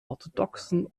orthodoxen